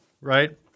right